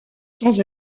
sans